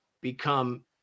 become